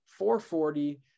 440